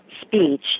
speech